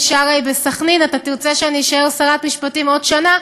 שרעי בסח'נין אתה תרצה שאני אשאר שרת משפטים עוד שנה,